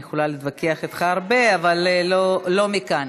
אני יכולה להתווכח איתך הרבה, אבל לא מכאן.